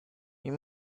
you